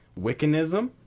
Wiccanism